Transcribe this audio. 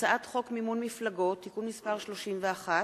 הצעת חוק מימון מפלגות (תיקון מס' 31),